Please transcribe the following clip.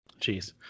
Jeez